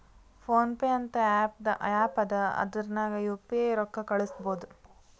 phone pay ಅಂತ app ಅದಾ ಅದುರ್ನಗ್ ಯು ಪಿ ಐ ರೊಕ್ಕಾ ಕಳುಸ್ಬೋದ್